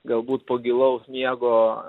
galbūt po gilaus miego